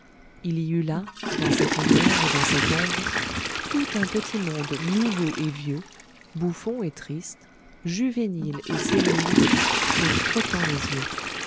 il y eut là dans cette lumière et dans cette ombre tout un petit monde nouveau et vieux bouffon et triste juvénile et sénile se frottant les yeux